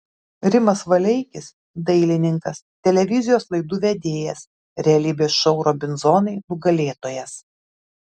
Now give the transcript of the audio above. rimas valeikis dailininkas televizijos laidų vedėjas realybės šou robinzonai nugalėtojas